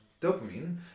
dopamine